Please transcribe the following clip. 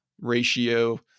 ratio